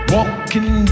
Walking